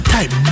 Type